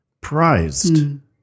prized